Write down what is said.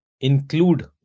include